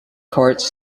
courts